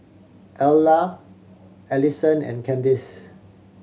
Ayla Allisson and Candice